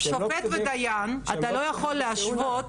שופט ודיין, אתה לא יכול להשוות.